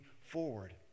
forward